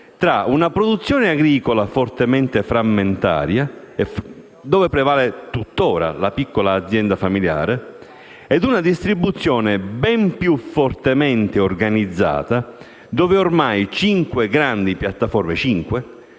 fra una produzione agricola fortemente frammentata, dove prevale tuttora la piccola azienda familiare, ed una distribuzione ben più fortemente organizzata, dove ormai cinque grandi piattaforme - cinque!